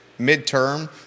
midterm